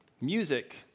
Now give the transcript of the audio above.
music